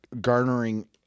garnering